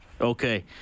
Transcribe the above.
Okay